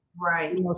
Right